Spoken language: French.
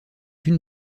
une